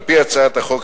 על-פי הצעת החוק,